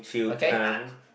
okay